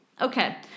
Okay